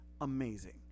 amazing